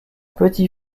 petit